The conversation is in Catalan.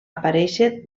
aparèixer